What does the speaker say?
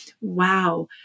wow